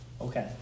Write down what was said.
Okay